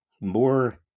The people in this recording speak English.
more